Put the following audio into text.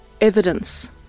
evidence